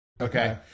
Okay